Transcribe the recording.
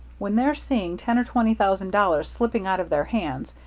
when they're seeing ten or twenty thousand dollars slipping out of their hands,